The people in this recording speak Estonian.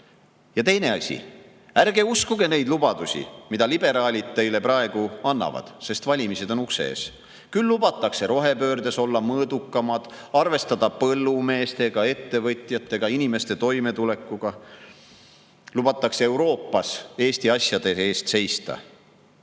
teine asi: ärge uskuge neid lubadusi, mida liberaalid teile praegu annavad, sest valimised on ukse ees. Küll lubatakse rohepöördes olla mõõdukamad, arvestada põllumeestega, ettevõtjatega, inimeste toimetulekuga. Lubatakse Euroopas Eesti asjade eest seista.